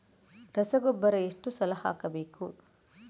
ರಸಗೊಬ್ಬರ ಎಷ್ಟು ಸಲ ಹಾಕಬೇಕು?